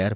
R